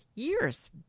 years